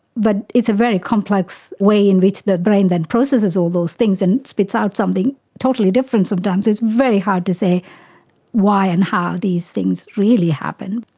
but it's a very complex way in which the brain that process is all those things and spits out something totally different sometimes, it's very hard to say why and how these things really happen.